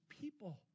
people